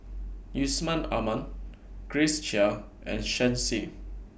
Yusman Aman Grace Chia and Shen Xi